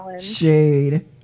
Shade